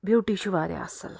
beauty چھِ واریاہ اَصٕل